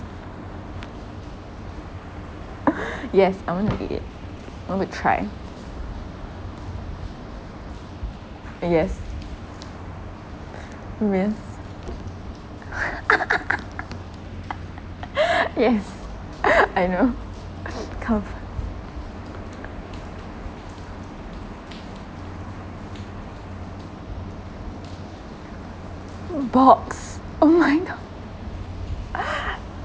yes I want to eat it I want to try yes serious yes I know comfort box oh my god